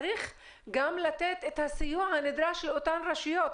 צריך גם לתת את הסיוע הנדרש לאותן רשויות.